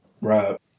Right